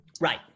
Right